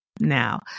Now